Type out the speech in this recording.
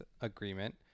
agreement